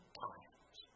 times